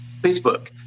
Facebook